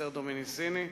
אסתר דומיניסיני,